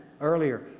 earlier